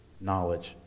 knowledge